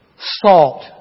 Salt